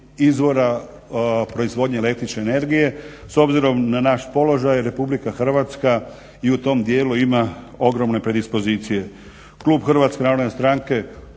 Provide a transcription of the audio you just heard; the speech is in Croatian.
izvora proizvodnje el.energije. s obzirom na naš položaj RH i u tom dijelu ima ogromne predispozicije. Klub HNS-a će prihvatiti